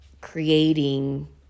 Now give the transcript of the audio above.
creating